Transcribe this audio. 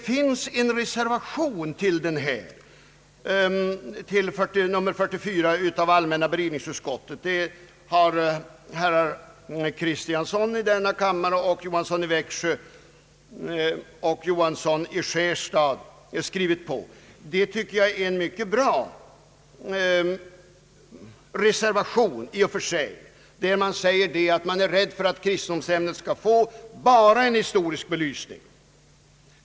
Vid allmänna beredningsutskottets utlåtande nr 44 finns en reservation av herr Kristiansson i denna kammare samt herrar Johansson i Växjö och Johansson i Skärstad i andra kammaren. Jag tycker att reservationen är mycket bra i och för sig. Reservanterna säger att de är rädda för att kristendomsämnet skall få bara en historisk belysning.